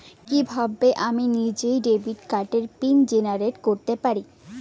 কিভাবে আমি নিজেই ডেবিট কার্ডের পিন জেনারেট করতে পারি?